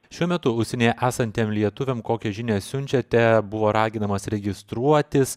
šiuo metu užsienyje esantiem lietuviam kokią žinią siunčiate buvo raginamas registruotis